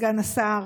סגן השר,